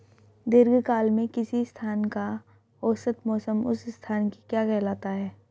दीर्घकाल में किसी स्थान का औसत मौसम उस स्थान की क्या कहलाता है?